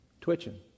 twitching